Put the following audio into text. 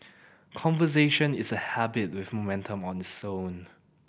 conversation is a habit with momentum its own